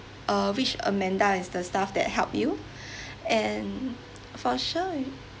uh which amanda is the staff that helped you and for sure